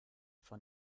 von